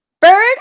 Bird